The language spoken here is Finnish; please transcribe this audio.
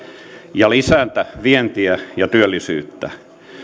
ja lisätä vientiä ja työllisyyttä